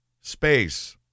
Space